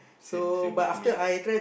same same goes to me ah